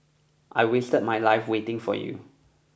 I wasted my life waiting for you